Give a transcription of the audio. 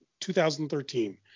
2013